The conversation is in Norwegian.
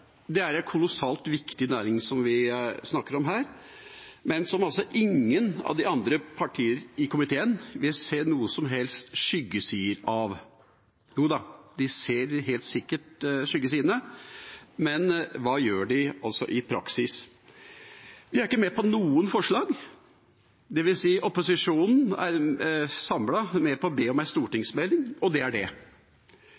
Det er en kolossalt viktig næring vi snakker om her, men som altså ingen av de andre partiene i komiteen ser noen som helst skyggesider ved. Joda, de ser helt sikkert skyggesidene, men hva gjør de altså i praksis? De er ikke med på noen forslag – dvs. opposisjonen er samlet med på å be om